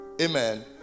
amen